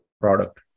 product